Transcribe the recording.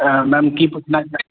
ma'am ਕੀ ਪੁੱਛਣਾ